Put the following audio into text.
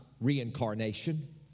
reincarnation